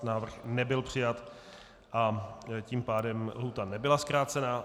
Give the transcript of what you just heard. Návrh nebyl přijat a tím pádem lhůta nebyla zkrácena.